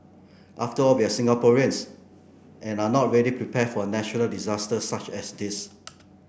after all we're Singaporeans and are not really prepared for natural disasters such as this